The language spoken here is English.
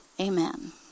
amen